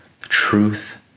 truth